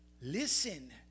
Listen